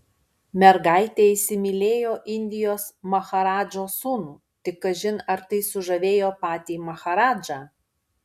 mergaitė įsimylėjo indijos maharadžos sūnų tik kažin ar tai sužavėjo patį maharadžą